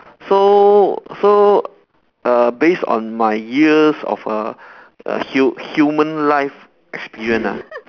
so so uh based on my years of uh hu~ human life experience ah